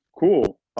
Cool